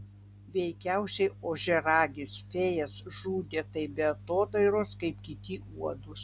veikiausiai ožiaragis fėjas žudė taip be atodairos kaip kiti uodus